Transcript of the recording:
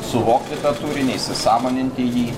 suvokti tą turinį įsisąmoninti jį